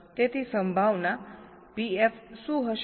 તેથી સંભાવના Pf શું હશે